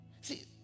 See